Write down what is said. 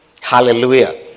Hallelujah